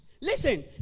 Listen